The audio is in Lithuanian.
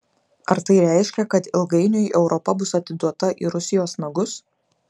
ar tai reiškia kad ilgainiui europa bus atiduota į rusijos nagus